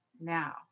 now